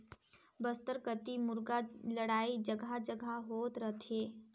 बस्तर कति मुरगा लड़ई जघा जघा होत रथे